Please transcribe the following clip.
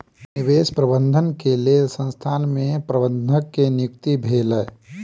निवेश प्रबंधन के लेल संसथान में प्रबंधक के नियुक्ति भेलै